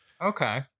Okay